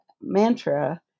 mantra